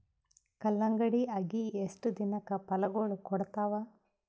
ಕಲ್ಲಂಗಡಿ ಅಗಿ ಎಷ್ಟ ದಿನಕ ಫಲಾಗೋಳ ಕೊಡತಾವ?